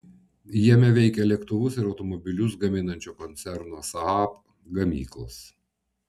jame veikia lėktuvus ir automobilius gaminančio koncerno saab gamyklos